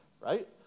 Right